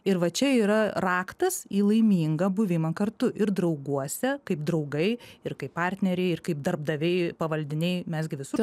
ir va čia yra raktas į laimingą buvimą kartu ir drauguose kaip draugai ir kaip partneriai ir kaip darbdaviai pavaldiniai mes gi visur